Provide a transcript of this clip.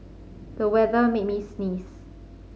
the weather made me sneeze